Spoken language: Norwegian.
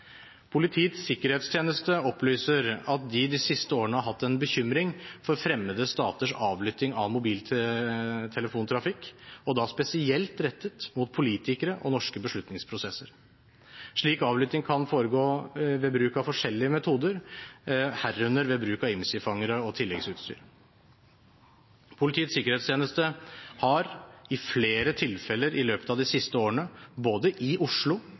Politiets sikkerhetstjeneste opplyser at de de siste årene har hatt en bekymring for fremmede staters avlytting av mobiltelefontrafikk, da spesielt rettet mot politikere og norske beslutningsprosesser. Slik avlytting kan foregå ved bruk av forskjellige metoder, herunder IMSI-fangere og tilleggsutstyr. Politiets sikkerhetstjeneste har i flere tilfeller i løpet av de siste årene, både i Oslo